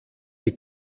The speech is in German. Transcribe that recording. die